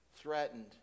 threatened